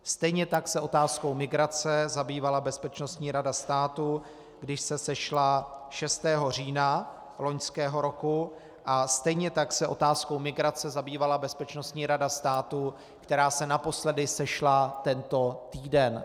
Stejně tak se otázkou migrace zabývala Bezpečnostní rada státu, když se sešla 6. října loňského roku, a stejně tak se otázkou migrace zabývala Bezpečnostní rada státu, která se naposledy sešla tento týden.